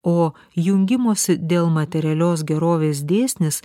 o jungimosi dėl materialios gerovės dėsnis